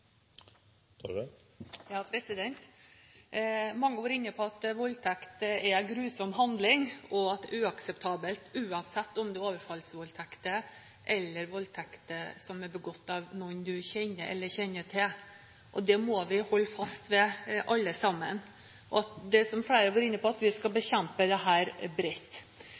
Mange har vært inne på at voldtekt er en grusom handling, og at det er uakseptabelt, uansett om det er overfallsvoldtekter eller voldtekter som er begått av noen du kjenner eller kjenner til. Vi må holde fast ved, alle sammen, det som flere har vært inne på, at vi skal bekjempe